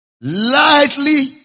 Lightly